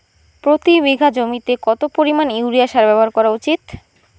প্রতি বিঘা জমিতে কত পরিমাণ ইউরিয়া সার ব্যবহার করা উচিৎ?